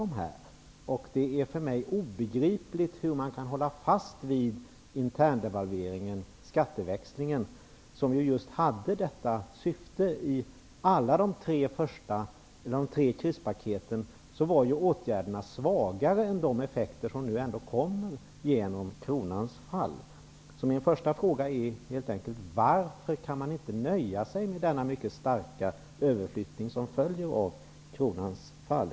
Det är för mig obegripligt hur man kan hålla fast vid interndevalveringen, skatteväxlingen, som hade just detta syfte. I alla de tre krispaketen var åtgärderna svagare än de effekter som nu ändå kommer genom kronans fall. Min första fråga är: Varför kan man inte nöja sig med denna mycket starka överflyttning som följer av kronans fall?